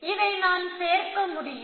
இதை நான் சேர்க்க முடியும்